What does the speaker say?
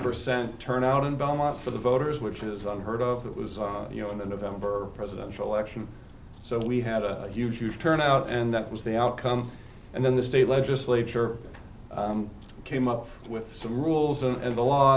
percent turnout in belmont for the voters which is unheard of that was you know in the november presidential election so we had a huge huge turnout and that was the outcome and then the state legislature came up with some rules and the law